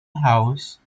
house